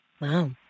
Wow